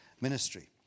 ministry